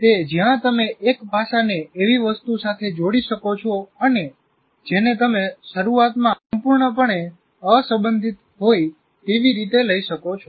તે જ્યાં તમે એક પાસાને એવી વસ્તુ સાથે જોડી શકો છો અને જેને તમે શરૂઆતમાં સંપૂર્ણપણે અસંબંધિત હોય તેવી રીતે લઈ શકો છો